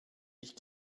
ich